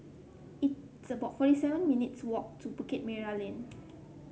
it's about forty seven minutes' walk to Bukit Merah Lane